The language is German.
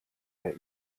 der